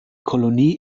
kolonie